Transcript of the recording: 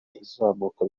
izamuka